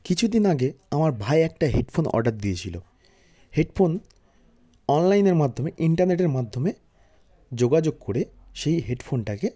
কিছুদিন আগে আমার ভাই একটা হেডফোন অর্ডার দিয়েছিল হেডফোন অনলাইনের মাধ্যমে ইন্টারনেটের মাধ্যমে যোগাযোগ করে সেই হেডফোনটাকে